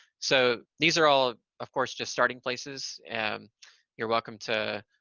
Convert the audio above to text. so these are all, of course, just starting places. and you're welcome to